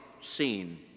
seen